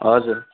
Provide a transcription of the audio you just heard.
हजुर